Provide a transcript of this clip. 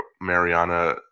Mariana